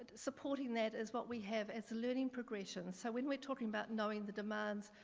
supporting that is what we have as learning progression so when we're talking about knowing the demands,